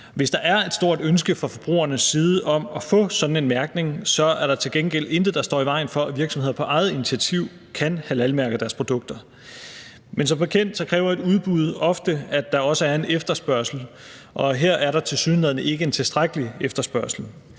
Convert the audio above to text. Hvis der er et stort ønske fra forbrugernes side om at få sådan en mærkning, er der til gengæld intet, der står i vejen for, at virksomheder på eget initiativ kan halalmærke deres produkter. Men som bekendt kræver et udbud ofte, at der også er en efterspørgsel, og her er der tilsyneladende ikke en tilstrækkelig efterspørgsel.